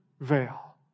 veil